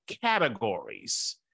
categories